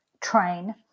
train